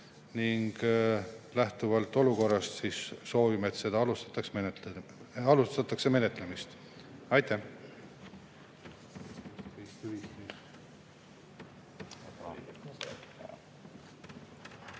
ning lähtuvalt olukorrast soovime, et alustatakse menetlemist. Aitäh!